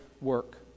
work